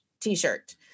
t-shirt